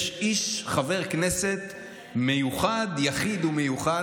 יש חבר כנסת יחיד ומיוחד,